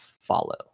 follow